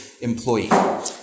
employee